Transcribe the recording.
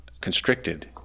constricted